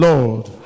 Lord